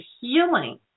healing